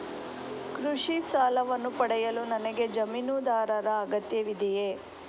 ಕೃಷಿ ಸಾಲವನ್ನು ಪಡೆಯಲು ನನಗೆ ಜಮೀನುದಾರರ ಅಗತ್ಯವಿದೆಯೇ?